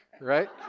right